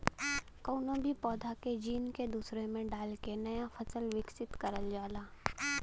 कउनो भी पौधा के जीन के दूसरे में डाल के नया फसल विकसित करल जाला